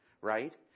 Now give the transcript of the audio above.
right